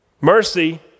Mercy